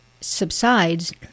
subsides